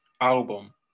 album